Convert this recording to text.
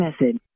message